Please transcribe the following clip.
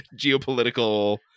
geopolitical